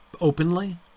openly